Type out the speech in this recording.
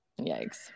yikes